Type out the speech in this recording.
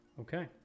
Okay